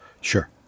Sure